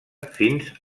fins